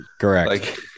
correct